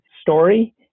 story